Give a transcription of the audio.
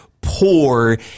poor